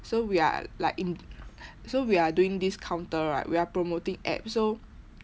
so we are like in so we are doing this counter right we are promoting app so